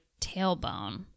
tailbone